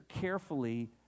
carefully